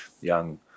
young